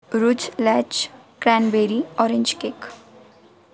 रुचलॅच cranberry orange cake